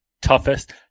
toughest